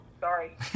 sorry